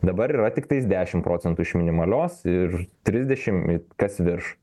dabar yra tiktais dešim procentų iš minimalios ir trisdešim i kas virš